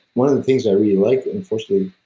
one of the things i really like unfortunately,